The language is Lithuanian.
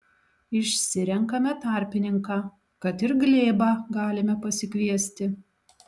išsirenkame tarpininką kad ir glėbą galime pasikviesti